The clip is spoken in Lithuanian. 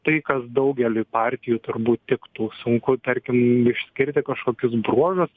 tai kas daugeliui partijų turbūt tiktų sunku tarkim išskirti kažkokius bruožus